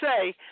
say